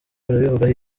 urabivugaho